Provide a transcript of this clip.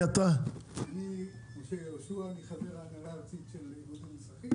אני חבר ההנהלה הארצית של איגוד המוסכים.